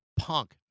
punk